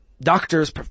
doctors